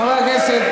חבר הכנסת